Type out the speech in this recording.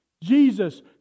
Jesus